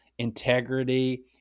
integrity